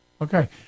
okay